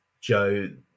Joe